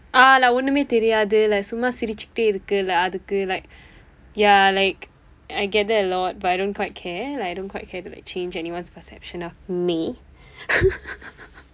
ah like ஒன்னுமே தெரியாது:onnumee theriyaathu like சும்மா சிரிச்சுட்டே இருக்கு:summa sirichsutdee irukku like அதுக்கு:athukku like ya like I get that a lot but I don't quite care like I don't quite care to like change anyone's perception of me